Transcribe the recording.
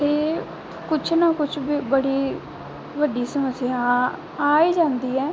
ਅਤੇ ਕੁਛ ਨਾ ਕੁਛ ਵੀ ਬੜੀ ਵੱਡੀ ਸਮੱਸਿਆ ਆ ਆ ਹੀ ਜਾਂਦੀ ਹੈ